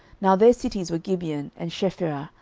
now their cities were gibeon, and chephirah,